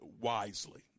wisely